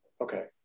Okay